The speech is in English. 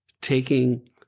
Taking